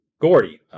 Gordy